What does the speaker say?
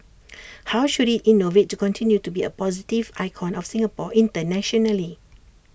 how should IT innovate to continue to be A positive icon of Singapore internationally